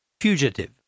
Fugitive